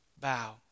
bow